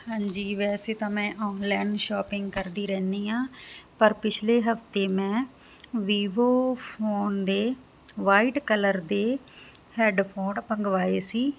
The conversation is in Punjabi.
ਹਾਂਜੀ ਵੈਸੇ ਤਾਂ ਮੈਂ ਆਨਲਾਈਨ ਸ਼ਾਪਿੰਗ ਕਰਦੀ ਰਹਿਨੀ ਆ ਪਰ ਪਿਛਲੇ ਹਫਤੇ ਮੈਂ ਵੀਵੋ ਫੋਨ ਦੇ ਵਾਈਟ ਕਲਰ ਦੇ ਹੈਡਫੋਨ ਮੰਗਵਾਏ ਸੀ